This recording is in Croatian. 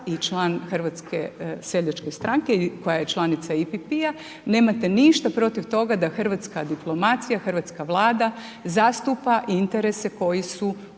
član Sabora i član HSS-a koja je članica EPP-a, nemate ništa protiv toga hrvatska diplomacija, hrvatska Vlada, zastupa interese koji su